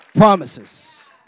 Promises